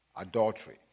Adultery